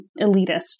elitist